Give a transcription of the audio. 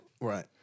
Right